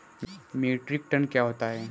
Metric tonne क्या होता है?